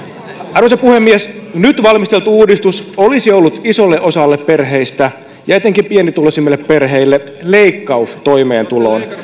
arvoisa puhemies nyt valmisteltu uudistus olisi ollut isolle osalle perheistä ja etenkin pienituloisimmille perheille leikkaus toimeentuloon